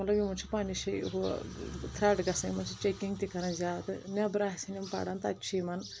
مگر یِمَن چھِ پننہِ جایہِ ہُہ تھٕرٹ گژھان یِم چھِ چیکنٛگ تہِ کران زیادٕ نٮ۪برٕ آسَن یِم پران تتہِ چھ یِمن